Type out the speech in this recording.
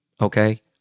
okay